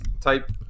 type